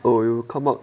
oh you come up